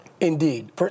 Indeed